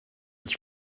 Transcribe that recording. its